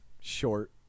short